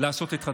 לעשות את הדחייה.